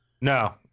No